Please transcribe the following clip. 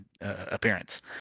appearance